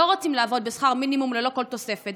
לא רוצים לעבוד בשכר מינימום ללא כל תוספת.